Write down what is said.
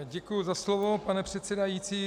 Děkuju za slovo, pane předsedající.